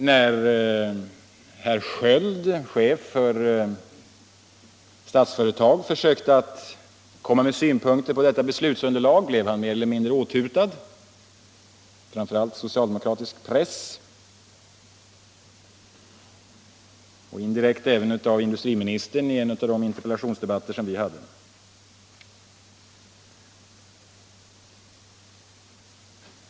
När herr Sköld, chefen för Statsföretag, försökte komma med synpunkter på detta beslutsunderlag blev han mer eller mindre åthutad, framför allt i socialdemokratisk press, och indirekt även av industriministern i en av de interpellationsdebatter som vi då hade.